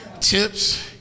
tips